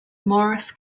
morris